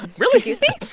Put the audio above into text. really? excuse me?